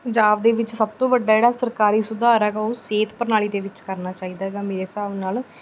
ਪੰਜਾਬ ਦੇ ਵਿੱਚ ਸਭ ਤੋਂ ਵੱਡਾ ਜਿਹੜਾ ਸਰਕਾਰੀ ਸੁਧਾਰ ਹੈਗਾ ਉਹ ਸਿਹਤ ਪ੍ਰਣਾਲੀ ਦੇ ਵਿੱਚ ਕਰਨਾ ਚਾਹੀਦਾ ਹੈਗਾ ਮੇਰੇ ਹਿਸਾਬ ਨਾਲ